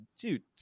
dude